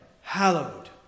hallowed